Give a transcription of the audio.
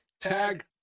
tag